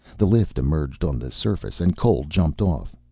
the lift emerged on the surface and cole jumped off.